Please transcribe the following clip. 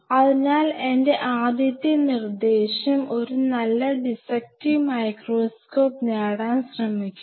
അതിനാൽ എന്റെ ആദ്യത്തെ നിർദ്ദേശം ഒരു നല്ല ഡിസ്സെറ്റിങ് മൈക്രോസ്കോപ്പ് നേടാൻ ശ്രമിക്കുക